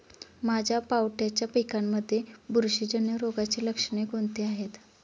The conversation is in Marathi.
माझ्या पावट्याच्या पिकांमध्ये बुरशीजन्य रोगाची लक्षणे कोणती आहेत?